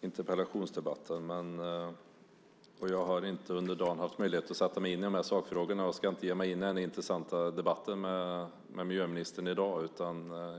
interpellationsdebatten. Jag har inte under dagen haft möjlighet att sätta mig in i sakfrågorna och ska inte ge mig in i den intressanta debatten med miljöministern i dag.